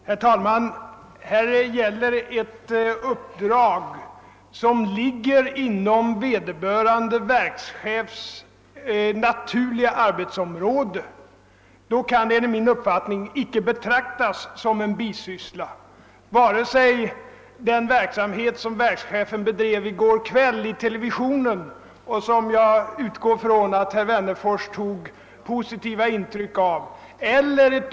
Herr talman! Det gäller här ett uppdrag som ligger inom vederbörande verkschefs naturliga arbetsområde och kan enligt min uppfattning icke betraktas som en bisyssla. Det kan icke heller den verksamhet som verkschefen bedrev i går kväll i TV och som jag utgår från att herr Wennerfors tog positivt intryck av.